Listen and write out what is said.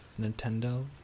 Nintendo